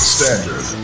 Standard